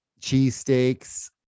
cheesesteaks